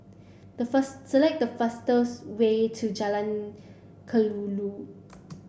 the select the fastest way to Jalan Kelulut